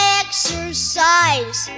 exercise